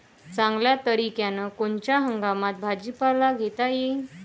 चांगल्या तरीक्यानं कोनच्या हंगामात भाजीपाला घेता येईन?